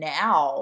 now